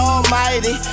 Almighty